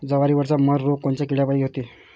जवारीवरचा मर रोग कोनच्या किड्यापायी होते?